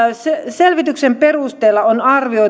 selvityksen perusteella on arvioitu